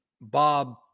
Bob